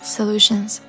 Solutions